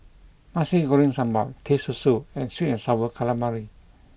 Nasi Goreng Sambal Teh Susu and sweet and sour calamari